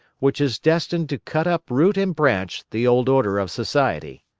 which is destined to cut up root and branch the old order of society.